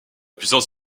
puissance